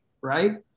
right